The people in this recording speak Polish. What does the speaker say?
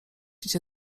idzie